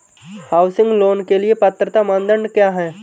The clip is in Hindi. हाउसिंग लोंन के लिए पात्रता मानदंड क्या हैं?